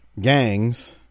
Gangs